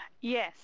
Yes